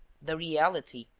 the reality,